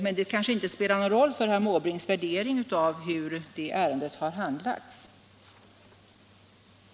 Men det kanske inte spelar någon roll för herr Måbrinks värdering av hur det ärendet har handlagts.